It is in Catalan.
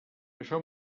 això